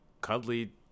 cuddly